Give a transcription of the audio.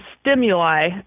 stimuli